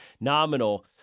nominal